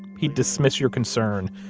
he'd dismiss your concern,